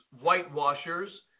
whitewashers